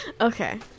Okay